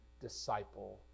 disciple